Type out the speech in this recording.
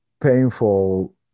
painful